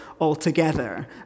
altogether